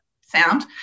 sound